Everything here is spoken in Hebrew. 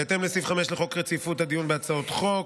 בהתאם לסעיף 5 לחוק רציפות הדיון בהצעות חוק,